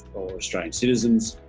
australian citizens